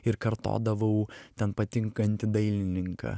ir kartodavau ten patinkantį dailininką